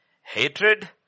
hatred